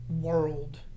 world